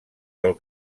del